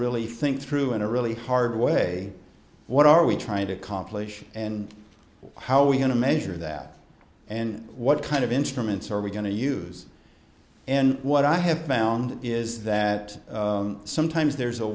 really think through in a really hard way what are we trying to accomplish and how are we going to measure that and what kind of instruments are we going to use and what i have found is that sometimes there's a